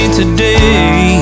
today